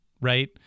Right